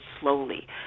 slowly